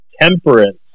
Temperance